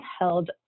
held